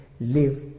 live